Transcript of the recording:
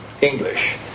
English